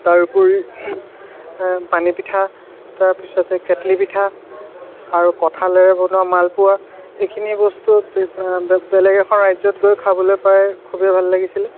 তাৰ উপৰি পানী পিঠা তাৰ পিছতে কেটলি পিঠা আৰু কঁঠালেৰে বনোৱা মালপোৱা এইখিনি বস্তু বেলেগ এখন ৰাজ্যত গৈ খাবলৈ পাই খুবেই ভাল লাগিছিলে